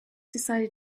decided